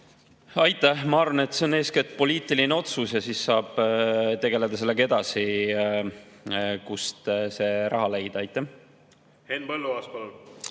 Aitäh! Ma arvan, et see on eeskätt poliitiline otsus, ja siis saab tegeleda sellega edasi, kust see raha leida. Aitäh!